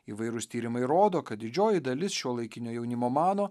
įvairūs tyrimai rodo kad didžioji dalis šiuolaikinio jaunimo mano